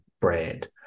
brand